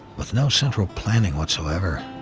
with no central planning whatsoever.